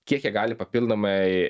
kiek jie gali papildomai